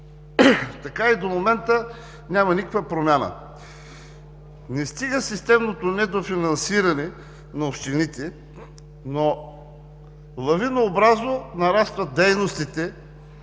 Така и до момента няма никаква промяна. Не стига системното недофинансиране на общините, но лавинообразно нарастват дейностите,